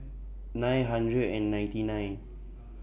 nine hundred and ninety nine